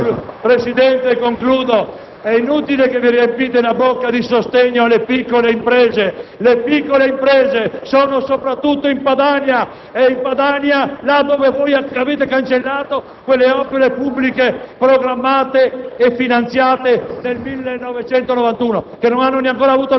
Presidente, concludo. È inutile che vi riempite la bocca con il sostegno alle piccole imprese. Le piccole imprese si trovano soprattutto in Padania, dove voi avete cancellato